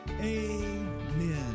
Amen